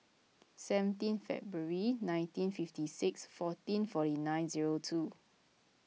seventeen February nineteen fifty six fourteen forty nine zero two